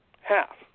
half